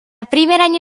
primerane